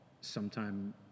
sometime